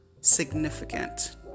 significant